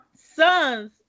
son's